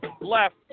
left